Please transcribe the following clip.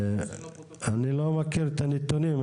אני לא מכיר את הנתונים.